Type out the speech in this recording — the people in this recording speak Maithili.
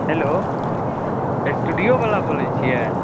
हेलो स्टूडिओवला बोलै छिए